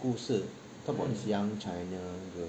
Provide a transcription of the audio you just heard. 故事 talk about this young china girl